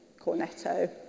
Cornetto